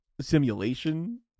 simulation